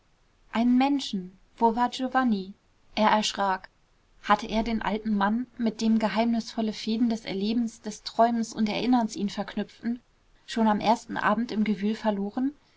einen menschen wo war giovanni er erschrak hatte er den alten mann mit dem geheimnisvolle fäden des erlebens des träumens und erinnerns ihn verknüpften schon am ersten abend im gewühl verloren